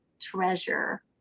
treasure